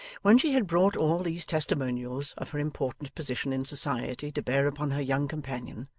when she had brought all these testimonials of her important position in society to bear upon her young companion,